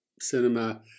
cinema